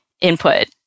input